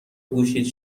گوشیت